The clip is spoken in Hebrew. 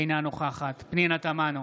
אינה נוכחת פנינה תמנו,